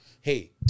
hey